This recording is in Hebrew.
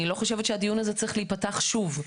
לא חושבת שהדיון הזה צריך להיפתח שוב.